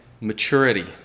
maturity